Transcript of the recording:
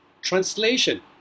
translation